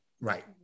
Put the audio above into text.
Right